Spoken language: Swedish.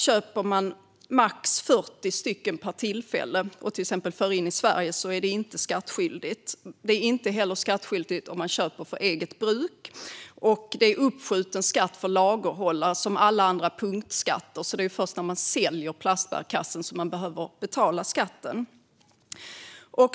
Köper man max 40 stycken per tillfälle och till exempel för in i Sverige är man inte skattskyldig. Man är inte heller skattskyldig om man köper för eget bruk. Det är uppskjuten skatt för lagerhållning, som med alla andra punktskatter; det är först när man säljer plastbärkassen som man behöver betala skatten.